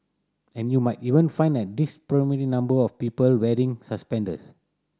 and you might even find a disproportionate number of people wearing suspenders